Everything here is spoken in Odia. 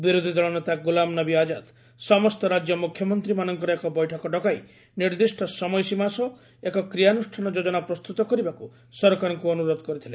ବିରୋଧୀ ଦଳ ନେତା ଗୁଲାମନବୀ ଆକ୍ରାତ ସମସ୍ତ ରାଜ୍ୟ ମ୍ରଖ୍ୟମନ୍ତ୍ରୀମାନଙ୍କର ଏକ ବୈଠକ ଡକାଇ ନିର୍ଦ୍ଦିଷ୍ଟ ସମୟସୀମା ସହ ଏକ କ୍ରିୟାନୁଷ୍ଠାନ ଯୋଜନା ପ୍ରସ୍ତୁତ କରିବାକୁ ସରକାରଙ୍କୁ ଅନୁରୋଧ କରିଥିଲେ